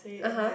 (uh huh)